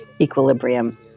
equilibrium